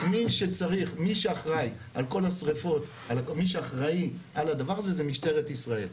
מי שצריך, מי שאחראי על הדבר הזה, זה משטרת ישראל.